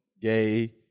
gay